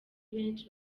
benshi